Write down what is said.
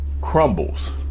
crumbles